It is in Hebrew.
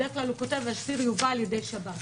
בדרך כלל כותב: אסיר יובא על-ידי שב"ס.